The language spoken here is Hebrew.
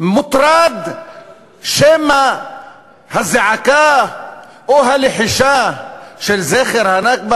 מוטרד שמא הזעקה או הלחישה של זכר הנכבה